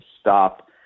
stop